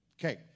Okay